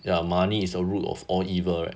ya money is the root of all evil right